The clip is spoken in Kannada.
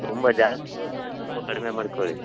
ತುಂಬ ಜಾಸ್ತಿ ಆಗುತ್ತೆ ಸ್ವಲ್ಪ ಕಡಿಮೆ ಮಾಡ್ಕೊಳ್ಳಿ